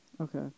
Okay